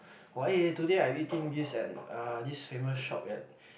!wah! eh today I eating this at this famous shop at